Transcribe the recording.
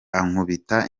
ankubita